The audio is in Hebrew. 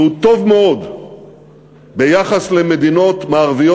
והוא טוב מאוד ביחס למדינות מערביות